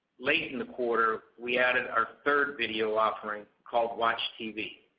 late in the quarter, we added our third video offering called watchtv,